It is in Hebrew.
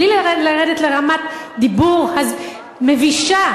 בלי לרדת לרמת הדיבור המבישה,